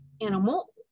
animal